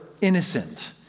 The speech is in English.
innocent